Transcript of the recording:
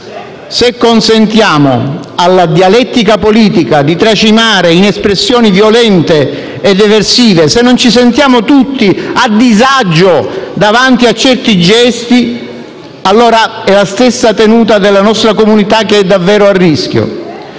Se consentiamo alla dialettica politica di tracimare in espressioni violente ed eversive, se non ci sentiamo tutti a disagio davanti a certi gesti, allora è la stessa tenuta della nostra comunità che è davvero a rischio.